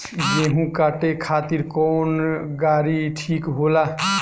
गेहूं काटे खातिर कौन गाड़ी ठीक होला?